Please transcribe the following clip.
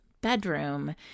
bedroom